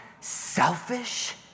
selfish